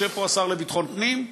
יושב פה השר לביטחון פנים,